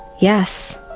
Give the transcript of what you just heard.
yes,